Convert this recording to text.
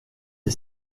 est